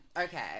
Okay